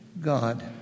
God